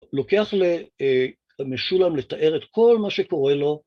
לוקח למשולם לתאר את כל מה שקורה לו.